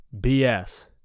BS